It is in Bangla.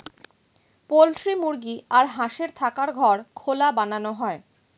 পোল্ট্রি মুরগি আর হাঁসের থাকার ঘর খোলা বানানো হয়